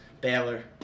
Baylor